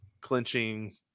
clinching